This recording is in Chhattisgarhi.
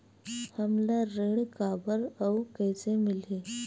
हमला ऋण काबर अउ कइसे मिलही?